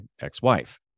ex-wife